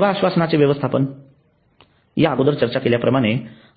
सेवा आश्वासनांचे व्यवस्थापन या अगोदर चर्चा केल्याप्रमाणे